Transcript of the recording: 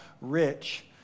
rich